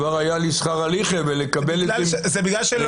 כבר היה לי שכר הלכה ולקבל את זה ממך,